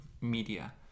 media